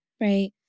Right